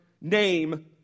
name